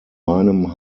meinem